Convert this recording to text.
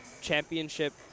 championship